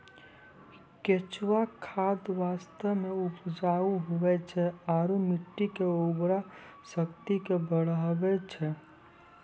केंचुआ खाद वास्तव मे उपजाऊ हुवै छै आरू मट्टी के उर्वरा शक्ति के बढ़बै छै